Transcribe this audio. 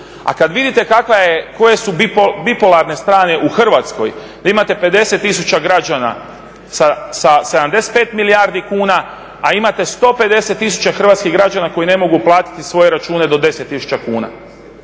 kakva je, koje su bipolarne strane u Hrvatskoj da imate 50 tisuća građana sa 75 milijardi kuna a imate 150 tisuća hrvatskih građana koji ne mogu platiti svoje račune do 10 tisuća kuna.